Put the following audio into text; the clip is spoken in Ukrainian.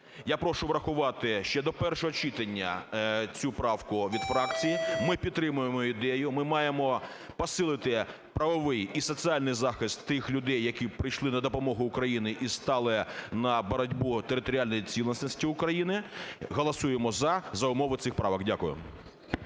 Я прошу врахувати ще до першого читання цю правку від фракції. Ми підтримуємо ідею, ми маємо посилити правовий і соціальний захист тих людей, які прийшли на допомогу Україні і стали на боротьбу територіальної цілісності України. Голосуємо "за" за умови цих правок. Дякую.